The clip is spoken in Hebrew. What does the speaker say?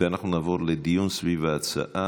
ואנחנו נעבור לדיון סביב ההצעה.